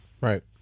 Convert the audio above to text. right